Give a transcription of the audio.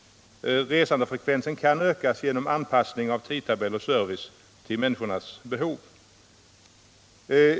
Resandefrekvensen kan ökas genom anpassning av tidtabeller och service till människornas behov.